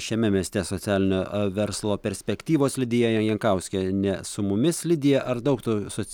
šiame mieste socialinio verslo perspektyvos lidija jankauskienė su mumis lidija ar daug to soc